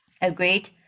Agreed